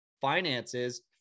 finances